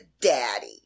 daddy